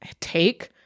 take